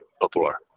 popular